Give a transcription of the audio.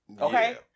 okay